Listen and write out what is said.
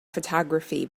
photography